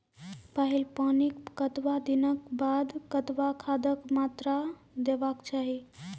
पहिल पानिक कतबा दिनऽक बाद कतबा खादक मात्रा देबाक चाही?